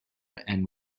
and